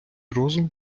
розум